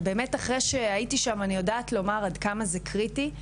ואחרי שהייתי שם אני יודעת לומר עד כמה זה קריטי.